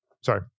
sorry